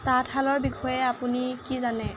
তাঁতশালৰ বিষয়ে আপুনি কি জানে